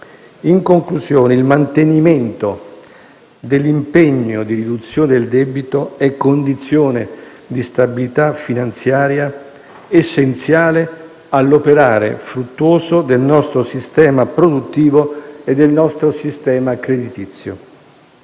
In conclusione, il mantenimento dell'impegno di riduzione del debito è condizione di stabilità finanziaria essenziale all'operare fruttuoso del nostro sistema produttivo e del nostro sistema creditizio.